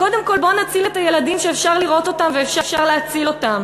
קודם כול בואו נציל את הילדים שאפשר לראות אותם ואפשר להציל אותם.